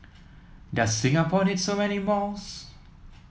does Singapore need so many malls